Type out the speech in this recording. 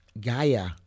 Gaia